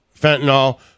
fentanyl